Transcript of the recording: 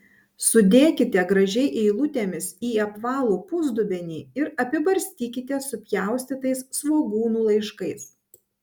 sudėkite gražiai eilutėmis į apvalų pusdubenį ir apibarstykite supjaustytais svogūnų laiškais